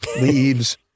leaves